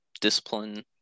discipline